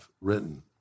written